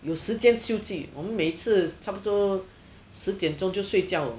有时间休斯我们每次差不多十点钟就睡觉了